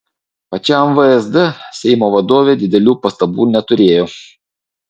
pačiam vsd seimo vadovė didelių pastabų neturėjo